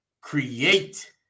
create